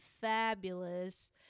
fabulous